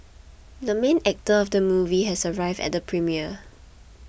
the main actor of the movie has arrived at the premiere